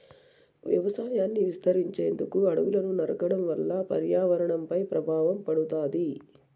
వ్యవసాయాన్ని విస్తరించేందుకు అడవులను నరకడం వల్ల పర్యావరణంపై ప్రభావం పడుతాది